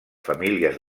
famílies